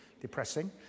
depressing